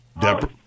Deborah